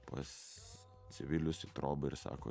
pas civilius į trobą ir sako